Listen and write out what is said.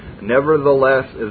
Nevertheless